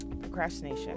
procrastination